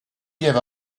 give